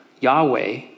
Yahweh